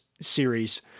series